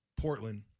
Portland